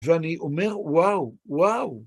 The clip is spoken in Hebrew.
ואני אומר וואו, וואו!